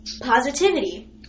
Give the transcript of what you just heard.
positivity